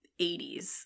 80s